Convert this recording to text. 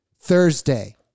Thursday